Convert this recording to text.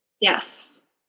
Yes